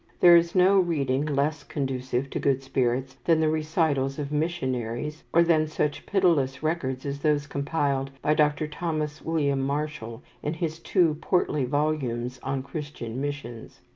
there is no reading less conducive to good spirits than the recitals of missionaries, or than such pitiless records as those compiled by dr. thomas william marshall in his two portly volumes on christian missions.